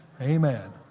Amen